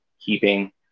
keeping